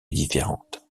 différentes